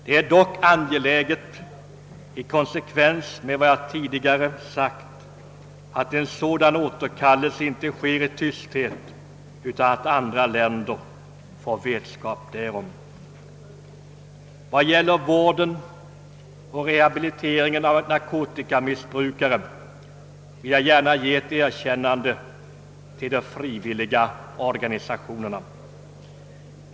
Det är dock angeläget — i konsekvens med vad jag tidigare sagt — att en sådan återkallelse inte sker i tysthet utan att andra länder får vetskap därom. Vad gäller vården och rehabiliteringen av narkotikamissbrukare vill jag gärna ge ett erkännande till de frivilliga organisationerna.